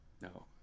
no